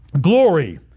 glory